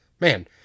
Man